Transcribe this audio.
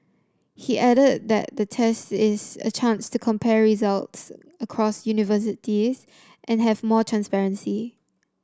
he added that the test is a chance to compare results across universities and have more transparency